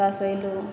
ओतयसँ एलुँ